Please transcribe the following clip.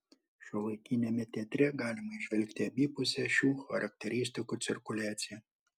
šiuolaikiniame teatre galima įžvelgti abipusę šių charakteristikų cirkuliaciją